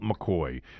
McCoy